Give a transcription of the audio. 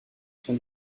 sont